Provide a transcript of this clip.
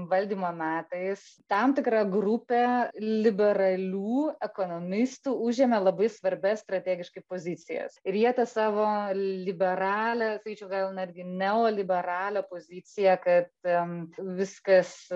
valdymo metais tam tikra grupė liberalių ekonomistų užėmė labai svarbias strategiškai pozicijas ir jie tą savo liberalią sakyčiau gal netgi neoliberalią poziciją kad viskas